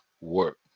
work